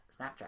Snapchat